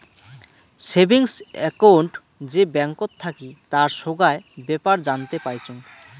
savings account যে ব্যাঙ্কত থাকি তার সোগায় বেপার জানতে পাইচুঙ